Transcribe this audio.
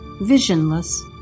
visionless